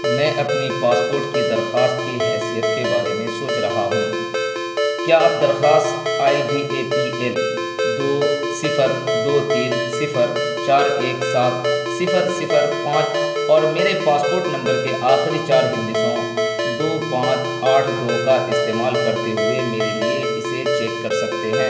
میں اپنی پاسپوٹ کی درخواست کی حیثیت کے بارے میں سوچ رہا ہوں کیا آپ درخواس I D A P L دو صفر دو تین صفر چار ایک سات صفر صفر پانچ اور میرے پاسپوٹ نمبر کے آخری چار ہندسوں دو پانچ آٹھ دو کا استعمال کرتے ہوئے میرے لیے اسے چیک کر سکتے ہیں